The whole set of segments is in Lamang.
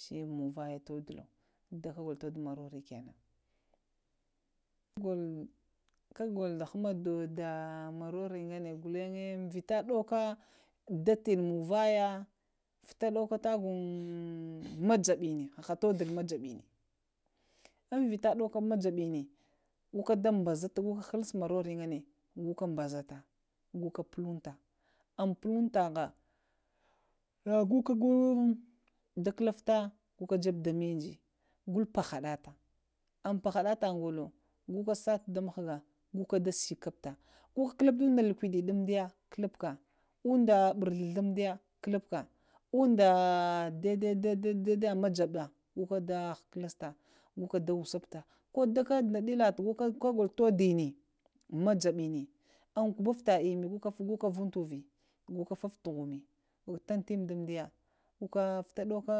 Sha munzvaya todulunz ghlaha golo todu morere, kago lo da hama doda morore ngaɗe golanze amŋ vita ɗowana datanə minŋ vaya, vit ɗowoka tagonŋ majənə haha todul majob ənəm amz vita ɗowoke majəɓənə goha dabaza ta goka nuuf morore ngnanə goka ɓaza ta goka pulunzta, ŋ pulumzataha na goka go da kuzufta goka da jəbe dumz mənjə, go pahaɗata ŋ paha ɗata ngolo, goka sata da mghga go ka da səhufta, lubu ŋda həkudə ŋ dəya, ŋda ɓurghələ ŋ diya kulufka, umnz da dalidəidaya jaɓa goka kulusta goka wosufta kokaka daka nɗa ɗəla kagolo to ɗini majaɓini, amnŋ kuɓufta əmmə goka vunŋ tovə goka fəfta ɗuvumə kulufta timə dumzdiya, goka vita ɗowaka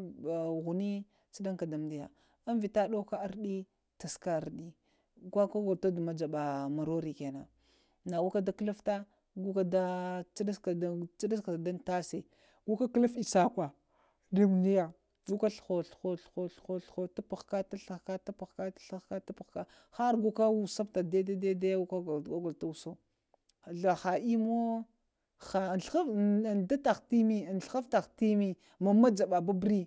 ghnə tsunka dumzdəya, vita ɗowaka ərdə taka ərdə ka kagdo todu majaɓa morwe kanan na koka da kulufta goka da tuɗufka dani tasa goka kuluf asakwa lubuya ghazeh ghulzehe ghulzehe tupuaka tu ghulya hargo ka wusufta daidaiya kagolo ta wasu ghla ha immiyo ghaffa am dataha təmə mamaja ɓa ɓuɓun